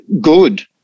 good